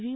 V